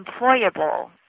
employable